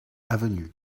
avenue